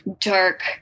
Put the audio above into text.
Dark